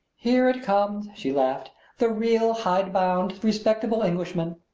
here it comes, she laughed the real, hidebound, respectable englishman!